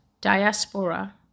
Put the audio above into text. diaspora